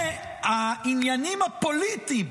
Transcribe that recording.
והעניינים הפוליטיים